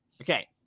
Okay